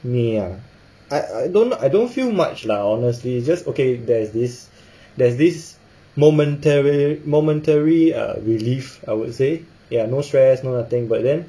me ah I I don't I don't feel much lah honestly just okay there's this there's this momentary momentary relief I would say ya no stress no nothing but then